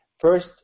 First